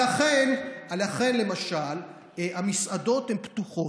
לכן, למשל, המסעדות פתוחות.